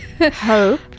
Hope